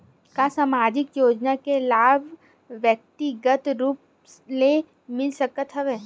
का सामाजिक योजना के लाभ व्यक्तिगत रूप ले मिल सकत हवय?